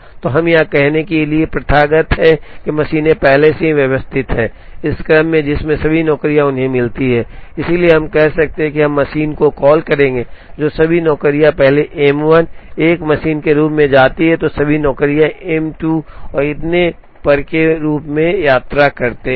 तो हम यह कहने के लिए प्रथागत है कि मशीनें पहले से ही व्यवस्थित हैं इस क्रम में जिसमें सभी नौकरियां उन्हें मिलती हैं इसलिए हम कह सकते हैं हम मशीन को कॉल करेंगे जो सभी नौकरियां पहले M 1 एक मशीन के रूप में जाती हैं जो सभी नौकरियों एम 2 और इतने पर के रूप में दूसरी यात्रा करते हैं